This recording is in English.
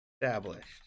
established